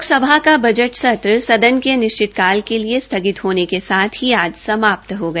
लोकसभा का बज सत्र सदन के अनिश्चितकाल के लिए स्थगित होने के साथ ही आज समाप्त हो गया